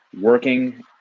working